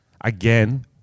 Again